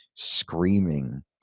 Screaming